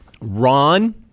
Ron